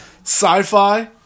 Sci-Fi